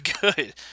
good